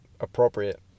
appropriate